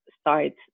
start